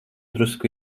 drusku